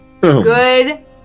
Good